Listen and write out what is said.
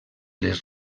les